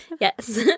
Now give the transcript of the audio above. Yes